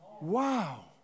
Wow